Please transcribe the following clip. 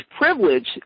privilege